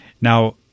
Now